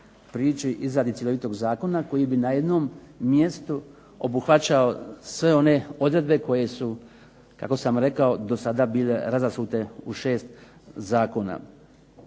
prići izradi cjelovitog zakona koji bi na jednom mjestu obuhvaćao sve one odredbe koje su kako sam rekao do sada bile razasute u šest zakona.